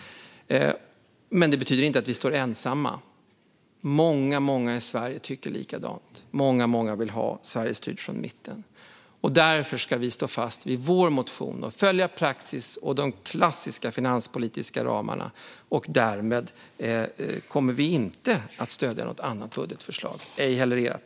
Men det betyder inte att vi står ensamma. Många, många i Sverige tycker likadant. Många, många vill ha Sverige styrt från mitten. Därför ska vi stå fast vid vår motion och följa praxis och de klassiska finanspolitiska ramarna. Därmed kommer vi inte att stödja något annat budgetförslag, ej heller ert.